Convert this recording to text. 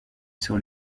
sur